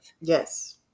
yes